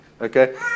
Okay